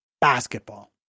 basketball